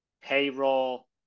payroll